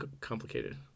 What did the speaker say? complicated